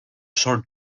short